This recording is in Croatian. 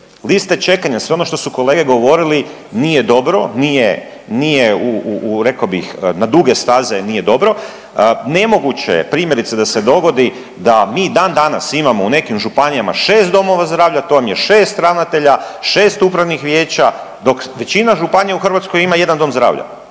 Liste čekanja, sve ono što su kolege govorili nije dobro, nije rekao bih na duge staze nije dobro. Nemoguće je primjerice da se dogodi da mi dan danas imamo u nekim županijama 6 doma zdravlja, to vam je 6 ravnatelja, 6 upravnih vijeća, dok većina županija u Hrvatskoj ima jedan dom zdravlja.